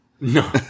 No